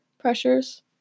pressures